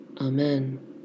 Amen